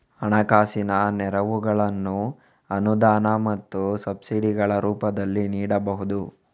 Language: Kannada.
ಹಣಕಾಸಿನ ನೆರವುಗಳನ್ನು ಅನುದಾನ ಮತ್ತು ಸಬ್ಸಿಡಿಗಳ ರೂಪದಲ್ಲಿ ನೀಡಬಹುದು